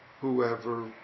whoever